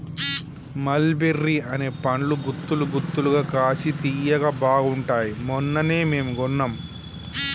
మల్ బెర్రీ అనే పండ్లు గుత్తులు గుత్తులుగా కాశి తియ్యగా బాగుంటాయ్ మొన్ననే మేము కొన్నాం